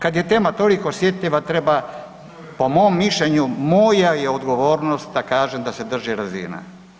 Kad je tema toliko osjetljiva treba po mom mišljenju, moja je odgovornost da kažem da se drži razine.